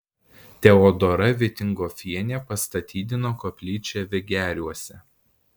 teodora vitingofienė pastatydino koplyčią vegeriuose